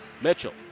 Mitchell